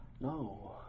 No